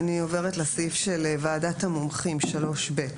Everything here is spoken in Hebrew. טוב, אני עוברת לסעיף של ועדת המומחים, 3(ב).